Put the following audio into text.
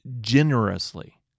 generously